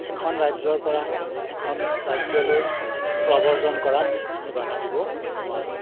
এখন ৰাজ্যৰ পৰা এখন ৰাজ্যলৈ প্ৰৱৰ্জন কৰাত আমি বাধা দিব নোৱাৰোঁ